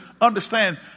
understand